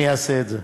אני אעשה את זה.